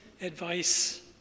advice